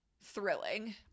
thrilling